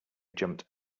jumped